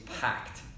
packed